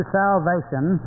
salvation